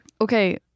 Okay